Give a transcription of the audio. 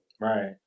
Right